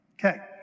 Okay